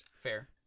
Fair